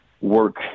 work